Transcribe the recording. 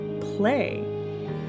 play